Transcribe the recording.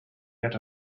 yet